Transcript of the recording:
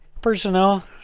Personnel